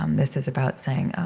um this is about saying, oh,